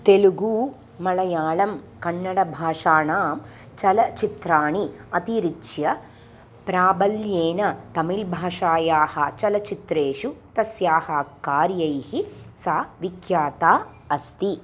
तेलुगु मळयाळम् कन्नडभाषाणां चलचित्राणि अतिरिच्य प्राबल्येन तमिल् भाषायाः चलचित्रेषु तस्याः कार्यैः सा विख्याता अस्ति